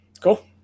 Cool